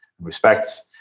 respects